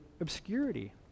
obscurity